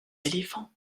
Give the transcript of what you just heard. éléphants